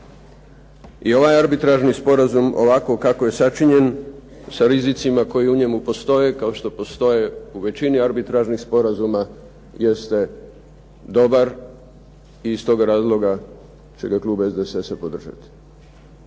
I ovaj arbitražni sporazum ovako kako je sačinjen, sa rizicima koji u njemu postoje kao što postoje u većini arbitražnih sporazuma jeste dobar i iz tog razloga će ga klub SDSS-a podržati.